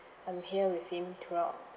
I'm here with him throughout